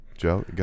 Joe